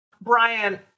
Brian